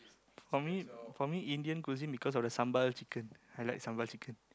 for me for me Indian cuisine because of the sambal chicken I like sambal chicken